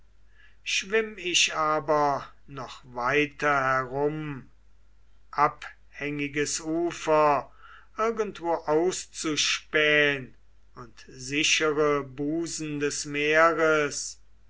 schwimm ich aber noch weiter herum abhängiges ufer irgendwo auszuspähn und sichere busen des meeres